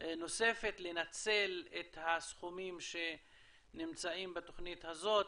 נוספת לנצל את הסכומים שנמצאים בתוכנית הזאת,